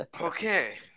Okay